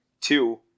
Two